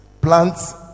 Plants